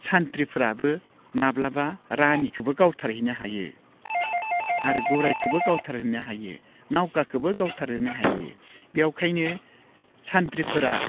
सानथ्रिफ्राबो माब्लाबा रानिखौबो गावथारहैनो हायो आरो गराइखौबो गावथारहैनो हायो नावखाखौबो गावथारहैनो हायो बेनिखायनो सानथ्रिफोरा